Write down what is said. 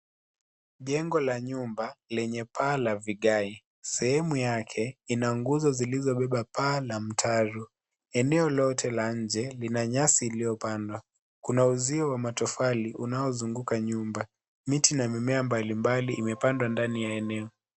Jengo la nyumba lenye paa la vigae, sehemu yake ina gumzo zilizobeba paa la mtaru, eneo lote la nje lina nyasi iliyopandwa, kuna uzio wa matofali unaozunguka nyumba, miti na mimea mbali mbali imepandwa ndani eneo.